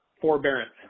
forbearance